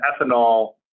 ethanol